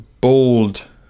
bold